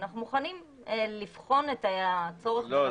אנחנו מוכנים לבחון את הצורך --- לא,